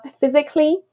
physically